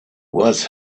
was